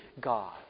God